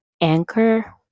anchor